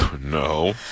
No